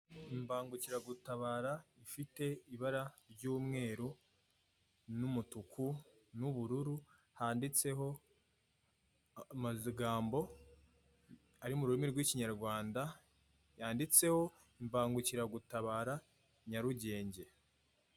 Imbangukiragutabara ifite ibara ry'umweru n'umutuku, n'ubururu handitseho amagambo ari mu rurimi rw'ikinyarwanda yanditseho imbangukiragutabara Nyarugenge.